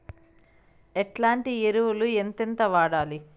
ఎట్లాంటి ఎరువులు ఎంతెంత వాడాలి?